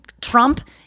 trump